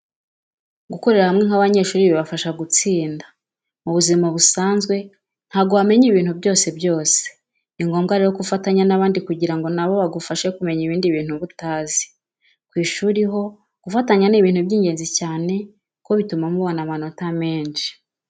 Gukorera hamwe nk'abanyeshuri bibafasha gutsinda. Mu buzima busanzwe ntabwo wamenya ibintu byose byose, ni ngombwa rero ko ufatanya n'abandi kugira ngo na bo bagufashe kumenya ibindi bintu uba utazi. Ku ishuri ho gufatanya ni ibintu by'ingezi cyane kuko bituma muboana amanota menshi.